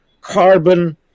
carbon